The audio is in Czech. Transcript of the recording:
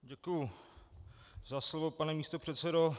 Děkuji za slovo, pane místopředsedo.